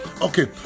Okay